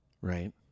Right